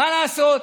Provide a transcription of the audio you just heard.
מה לעשות,